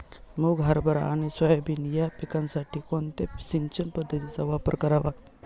मुग, हरभरा आणि सोयाबीन या पिकासाठी कोणत्या सिंचन पद्धतीचा वापर करावा?